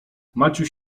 maciuś